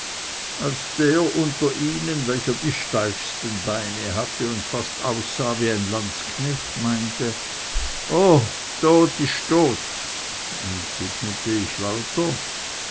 als der unter ihnen welcher die steifsten beine hatte und fast aussah wie ein landsknecht meinte o tot isch tot entgegnete ich lauter